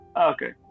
Okay